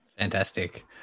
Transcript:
Fantastic